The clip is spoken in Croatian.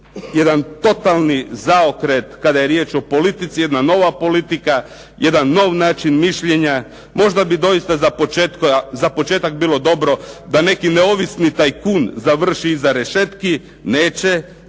jedan totalni zaokret kada je riječ o politici, jedna nova politika, jedan novi način mišljenja. Možda bi doista za početak bilo dobro da neki neovisni tajkun završi iza rešetki, neće,